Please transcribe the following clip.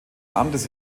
amtes